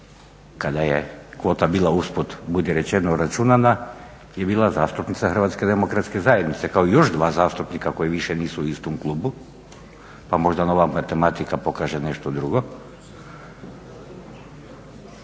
kada je kvota bila, usput budi rečeno računana je bila zastupnica HDZ-a kao i još dva zastupnika koji više nisu u istom klubu pa možda nova matematika pokaže nešto drugo.